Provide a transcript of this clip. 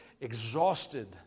exhausted